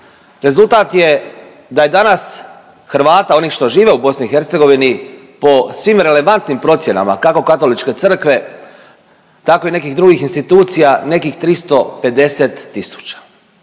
Rezultat je da je danas Hrvata, onih što žive u BiH po svim relevantnim procjenama kako Katoličke crkve tako i nekih drugih institucija nekih 350 tisuća.